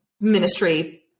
ministry